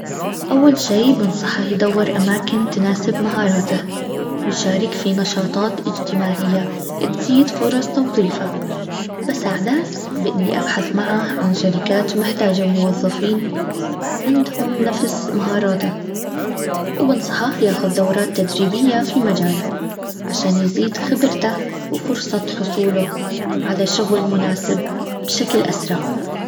اول شي بنصحه يدور اماكن تناسب مهاراته ويشارك في نشاطات اجتماعية تزيد فرص توظيفه بساعده باني ابحث معه عن شركات محتاجة موظفين عندهم نفس مهاراته وبنصحه ياخد دورات تدريبية في مجاله عشان يزيد خبرته وفرصة حصوله على شغل مناسب بشكل اسرع